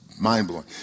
mind-blowing